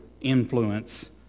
influence